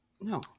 No